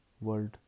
world